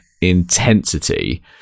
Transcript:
intensity